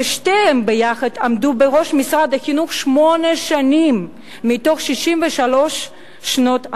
ושתיהן ביחד עמדו בראש משרד החינוך שמונה שנים מתוך 63 שנות המדינה.